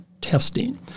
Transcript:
testing